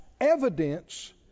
evidence